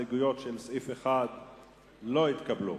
ההסתייגויות לסעיף 1 לא התקבלו.